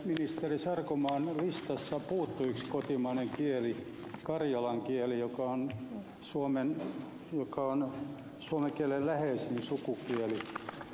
ministeri sarkomaan listasta puuttui yksi kotimainen kieli karjalan kieli joka on suomen kielen läheisin sukukieli